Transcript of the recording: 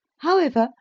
however,